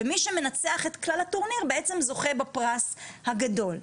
מי שמנצח את כלל הטורניר זוכה בפרס הגדול.